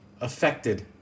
affected